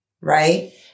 right